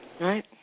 Right